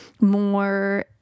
more